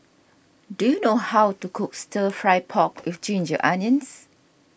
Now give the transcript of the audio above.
do you know how to cook Stir Fry Pork with Ginger Onions